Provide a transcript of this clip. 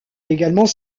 également